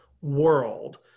world